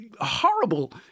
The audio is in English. horrible